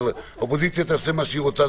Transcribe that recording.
אבל האופוזיציה תעשה מה שהיא רוצה,